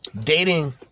Dating